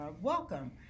Welcome